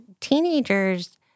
teenagers